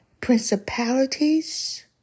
principalities